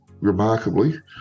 remarkably